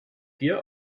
dir